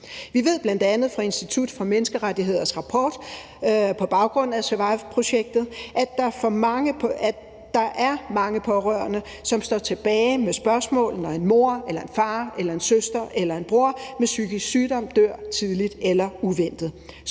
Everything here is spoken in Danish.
Vi ved bl.a. fra Institut for Menneskerettigheders rapport på baggrund af SURVIVE-projektet, at der er mange pårørende, som står tilbage med spørgsmål, når en mor eller en far eller en søster eller en bror med psykisk sygdom dør tidligt eller uventet.